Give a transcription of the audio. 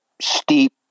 steep